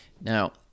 Now